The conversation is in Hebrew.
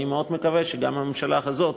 אני מאוד מקווה שגם הממשלה הזאת,